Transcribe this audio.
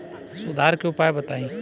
सुधार के उपाय बताई?